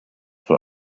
von